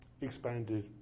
expanded